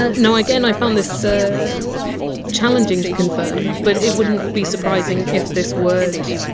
ah now again, i found this ah challenging to confirm, but it wouldn't be surprising if this word,